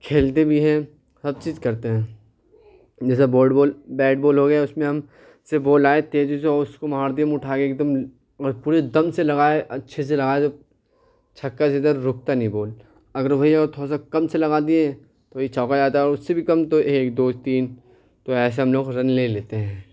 کھیلتے بھی ہیں سب چیز کرتے ہیں جیسے بیٹ بال ہو گیا اس میں ہم جیسے بال آئے تیزی سے اس کو مار دیے ہم اٹھا کے ایک دم اور پوری دم سے لگائے اچھے سے لگائے تو چھکا جدھر رکتا نہیں بال اگر وہی اگر تھوڑا سا کم سے لگا دیے تو وہی چوکا جاتا ہے اور اس سے بھی كم تو ایک دو تین تو ایسے ہم لوگ رن لے لیتے ہیں